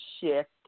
shift